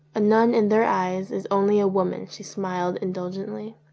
a nun in their eyes is only a woman, she smiled indulgently.